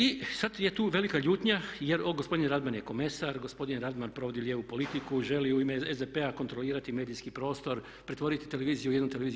I sad je tu velika ljutnja jer gospodin Radman je komesar, gospodin Radman provodi lijevu politiku, želi u ime SDP-a kontrolirati medijski prostor, pretvoriti televiziju u jednu televiziju.